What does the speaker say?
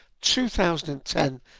2010